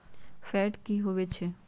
Fat की होवछै?